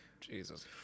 Jesus